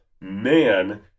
Man